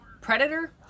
Predator